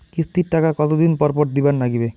কিস্তির টাকা কতোদিন পর পর দিবার নাগিবে?